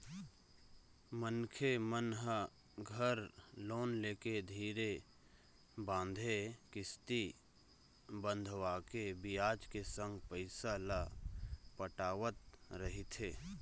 मनखे मन ह घर लोन लेके धीरे बांधे किस्ती बंधवाके बियाज के संग पइसा ल पटावत रहिथे